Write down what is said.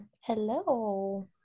Hello